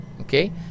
Okay